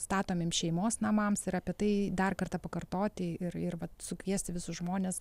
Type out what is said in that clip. statomiem šeimos namams ir apie tai dar kartą pakartoti ir ir vat sukviesti visus žmones